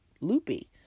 loopy